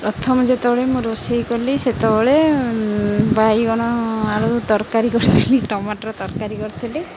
ପ୍ରଥମ ଯେତେବେଳେ ମୁଁ ରୋଷେଇ କଲି ସେତେବେଳେ ବାଇଗଣ ଆଳୁ ତରକାରୀ କରିଥିଲି ଟମାଟର ତରକାରୀ କରିଥିଲି